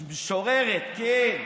המשוררת, כן.